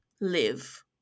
live